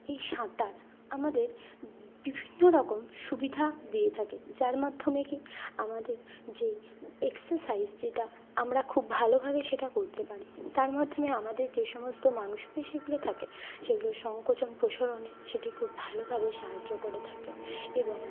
এই সাঁতার আমাদের বিভিন্ন রকম সুবিধা দিয়ে থাকে যার মাধ্যমে একে আমাদের যে এক্সারসাইজ যেটা আমরা খুব ভালোভাবে সেটা করতে পারি তার মাধ্যমে আমাদের যে সমস্ত মাংসপেশিগুলো থাকে সেগুলো সংকোচন প্রসারণে সেটি খুব ভালোভাবেই সাহায্য করে থাকে এবং